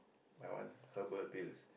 my one herbal pills